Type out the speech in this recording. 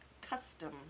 custom